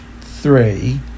three